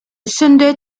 sunday